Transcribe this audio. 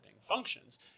functions